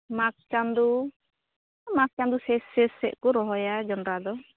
ᱢᱟᱜᱽ ᱪᱟᱸᱫᱩ ᱢᱟᱜ ᱪᱟᱸᱫᱩ ᱥᱮᱥ ᱥᱮᱥ ᱥᱮᱡ ᱠᱚ ᱨᱚᱦᱚᱭᱟ ᱡᱚᱱᱰᱨᱟ ᱫᱚ